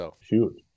Shoot